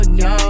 no